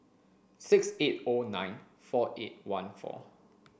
six eight O nine four eight one four